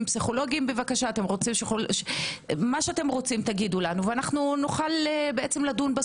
פסיכולוגיים - מה שאתם רוצים תגידו לנו ונוכל לדון.